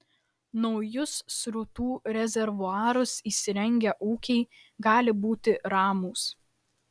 naujus srutų rezervuarus įsirengę ūkiai gali būti ramūs